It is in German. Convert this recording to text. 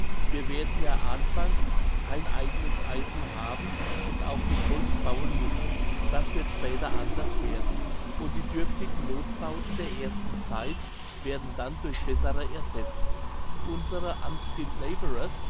wir werden ja anfangs kein eigenes eisen haben und auch mit holz bauen müssen das wird später anders werden und die dürftigen nothbauten der ersten zeit werden dann durch bessere ersetzt unsere